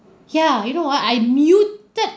ya you know what I muted